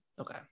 okay